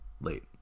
Late